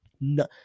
No